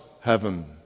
heaven